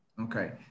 Okay